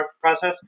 process